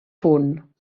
punt